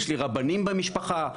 יש לי רבנים במשפחה.